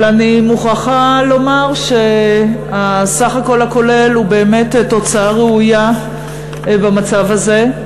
אבל אני מוכרחה לומר שהסך הכול הכולל הוא באמת תוצאה ראויה במצב הזה,